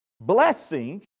blessing